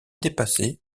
dépassée